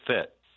fit